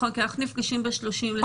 כי אנחנו נפגשים ב-30 בספטמבר.